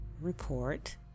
report